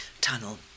tunnel